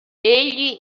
egli